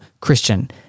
Christian